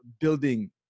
building